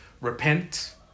repent